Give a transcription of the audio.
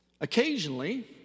Occasionally